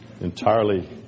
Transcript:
entirely